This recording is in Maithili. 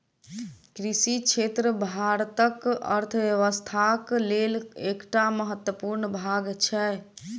कृषि क्षेत्र भारतक अर्थव्यवस्थाक लेल एकटा महत्वपूर्ण भाग छै